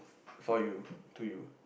for you to you